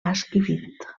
esquifit